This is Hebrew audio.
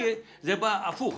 זה הפוך.